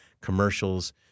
commercials